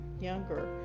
younger